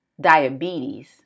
diabetes